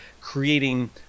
creating